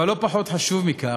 אבל לא פחות חשוב מכך,